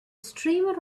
streamer